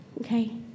okay